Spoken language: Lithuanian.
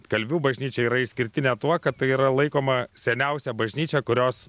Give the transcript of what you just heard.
kalvių bažnyčia yra išskirtinė tuo kad tai yra laikoma seniausia bažnyčia kurios